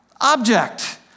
object